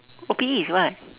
O P_E is what